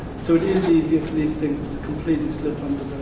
so it is easier for these things to completely slip